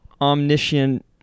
omniscient